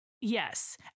yes